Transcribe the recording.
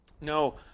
No